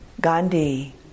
Gandhi